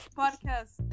podcast